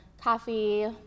coffee